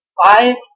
five